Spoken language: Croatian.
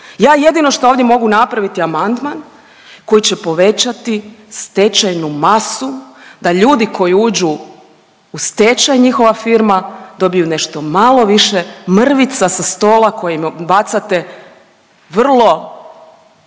Ja jedino šta ovdje mogu napraviti amandman koji će povećati stečajnu masu da ljudi koji uđu u stečaj, njihova firma, dobiju nešto malo više mrvica sa stola kojima bacate vrlo